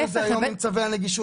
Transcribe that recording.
יש לנו את זה היום עם צווי הנגישות.